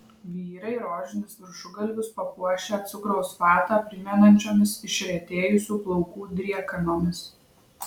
vyrai rožinius viršugalvius papuošę cukraus vatą primenančiomis išretėjusių plaukų driekanomis